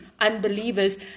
unbelievers